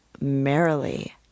merrily